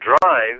drive